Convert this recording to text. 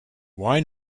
why